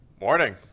Morning